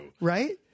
right